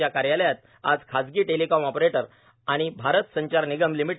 च्या कार्यालयात आज खाजगी दुसंचार ऑपरेटर व भारत संचार निगम लि